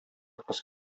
кыз